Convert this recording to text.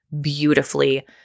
beautifully